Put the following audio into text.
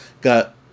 got